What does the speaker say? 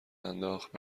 انداخت